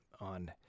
on